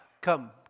Come